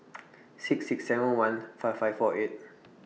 six six seven one five five four eight